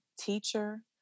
teacher